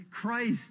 Christ